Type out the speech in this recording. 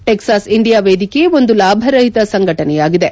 Texas India ವೇದಿಕೆ ಒಂದು ಲಾಭ ರಹಿತ ಸಂಘಟನೆಯಾಗಿದೆ